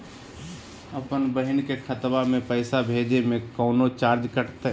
अपन बहिन के खतवा में पैसा भेजे में कौनो चार्जो कटतई?